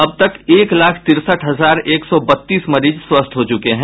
अब तक एक लाख तिरसठ हजार एक सौ बत्तीस मरीज स्वस्थ हो चुके हैं